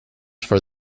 for